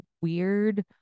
weird